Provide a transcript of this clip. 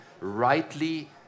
rightly